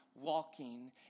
walking